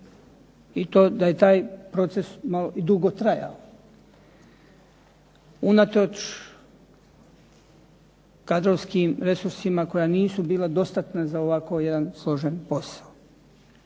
i da je taj proces i dugo trajao unatoč kadrovskim resursima koja nisu bila dostatna za ovako jedan složen posao.